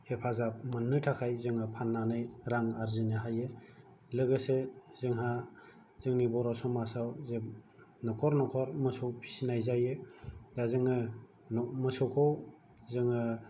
हेफाजाब मोननो थाखाय जोङो फाननानै रां आरजिनो हायो लोगोसे जोंहा जोंनि बर' समाजाव जे न'खर न'खर मोसौ फिनाय जायो दा जोङो मोसौखौ जोङो